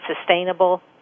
sustainable